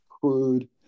Crude